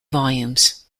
volumes